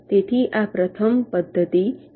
તેથી આ પ્રથમ પદ્ધતિ છે